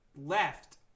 Left